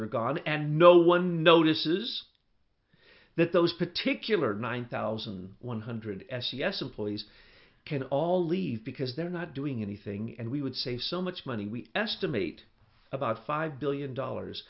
gone and no one notices that those particular nine thousand one hundred s yes employees can all leave because they're not doing anything and we would say so much money we estimate about five billion dollars